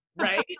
right